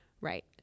right